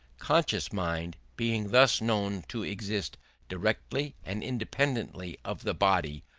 conscious mind, being thus known to exist directly and independently of the body,